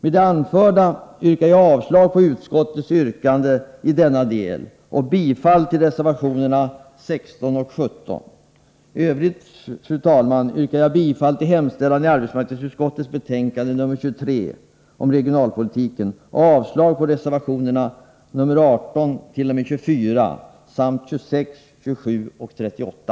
Med det anförda, fru talman, yrkar jag avslag på utskottets yrkande i denna del och bifall till reservationerna nr 16 och 17. I övrigt yrkar jag bifall till hemställan i arbetsmarknadsutskottets betänkande nr 23 om regionalpolitiken och avslag på reservationerna nr 18-24, 26, 27 och 38.